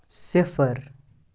صِفر